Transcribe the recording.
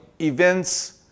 events